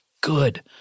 good